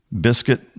Biscuit